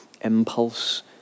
impulse